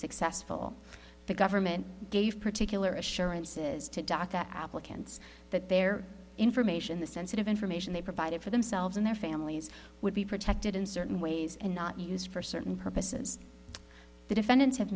successful the government gave particular assurances to doctor that their information the sensitive information they provided for themselves and their families would be protected in certain ways and not used for certain purposes the defendants have